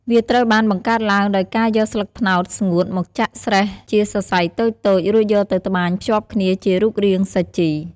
វាត្រូវបានបង្កើតឡើងដោយការយកស្លឹកត្នោតស្ងួតមកចាក់ស្រែះជាសរសៃតូចៗ រួចយកទៅត្បាញភ្ជាប់គ្នាជារូបរាងសាជី។